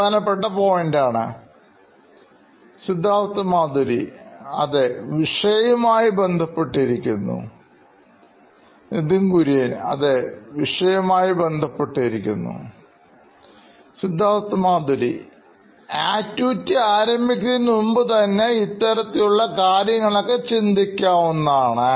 പ്രധാനപ്പെട്ട പോയിൻറ് ആണ് Siddharth Maturi CEO Knoin Electronics വിഷയം ആയി ബന്ധപ്പെട്ടിരിക്കുന്നു Nithin Kurian COO Knoin Electronics വിഷയം ആയി ബന്ധപ്പെട്ടിരിക്കുന്നു Siddharth Maturi CEO Knoin Electronics activity ആരംഭിക്കുന്നതിന് മുമ്പ് തന്നെ ഇത്തരത്തിലുള്ള കാര്യങ്ങളൊക്കെ ചിന്തിക്കാവുന്നതാണ്